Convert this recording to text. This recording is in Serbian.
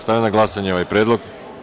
Stavljam na glasanje ovaj predlog.